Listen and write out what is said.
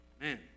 Man